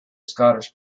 scottish